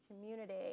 community